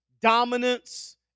dominance